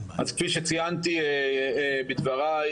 אז כפי שציינתי בדבריי,